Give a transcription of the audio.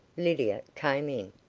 lydia came in.